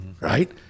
right